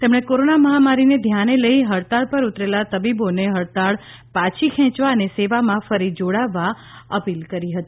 તેમણે કોરોના મહામારીને ધ્યાને લઈને હડતાળ પર ઉતરેલા તબીબોને હડતાળ પાછી ખેંચવા અને સેવામાં ફરી જોડાવવા અપીલ કરી હતી